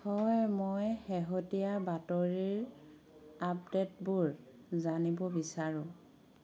হয় মই শেহতীয়া বাতৰিৰ আপডেটবোৰ জানিব বিচাৰোঁ